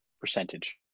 percentage